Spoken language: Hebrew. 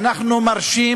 אנחנו מרשים